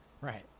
Right